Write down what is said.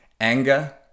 anger